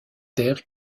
terre